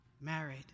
married